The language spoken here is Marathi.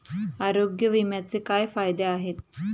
आरोग्य विम्याचे काय फायदे आहेत?